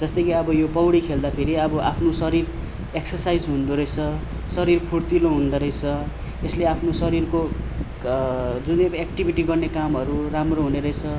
जस्तो कि अब यो पौडी खेल्दाखेरि अब आफ्नो शरीर एक्सरसाइज हुँदोरहेछ शरीर फुर्तिलो हुँदोरहेछ यसले आफ्नो शरीरको जुनै एक्टिभिटी गर्ने कामहरू राम्रो हुनेरहेछ